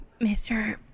Mr